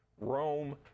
Rome